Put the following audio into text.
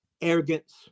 arrogance